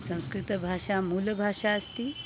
संस्कृतभाषा मूलभाषा अस्ति